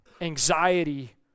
anxiety